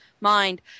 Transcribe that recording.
mind